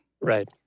Right